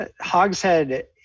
Hogshead